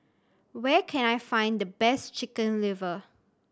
where can I find the best Chicken Liver